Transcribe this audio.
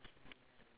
ya